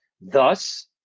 Thus